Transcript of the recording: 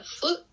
foot